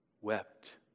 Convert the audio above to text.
wept